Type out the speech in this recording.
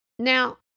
Now